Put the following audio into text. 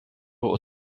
aux